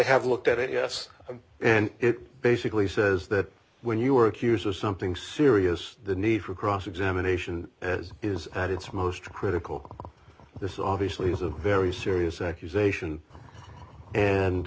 have looked at it yes and it basically says that when you are accused of something serious the need for cross examination as is at its most critical this obviously is a very serious accusation and